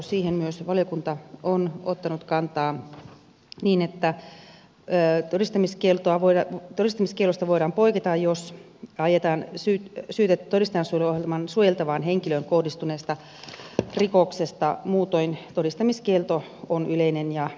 siihen myös valiokunta on ottanut kantaa niin että todistamiskiellosta voidaan poiketa jos ajetaan syytettä todistajansuojeluohjelman suojeltavaan henkilöön kohdistuneesta rikoksesta muutoin todistamiskielto on yleinen ja poikkeukseton